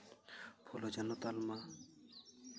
ᱯᱷᱩᱞᱳ ᱡᱷᱟᱱᱳ ᱛᱟᱞᱢᱟ